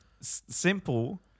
simple